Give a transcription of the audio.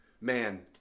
Man